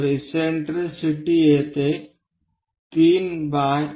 तर इससेन्ट्रिसिटी येथे 34